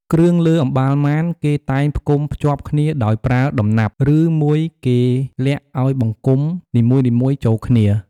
គ្រឿងលើអម្បាលម៉ាន គេតែងផ្គុំភ្ជាប់គ្នាដោយប្រើដំណាប់ ឬមួយគេលាក់ឱ្យបង្គំនីមួយៗចូលគ្នា។